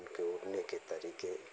उनके उड़ने के तरीके